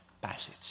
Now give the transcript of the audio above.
passage